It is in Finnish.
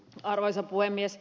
arvoisa puhemies